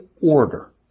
order